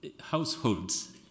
households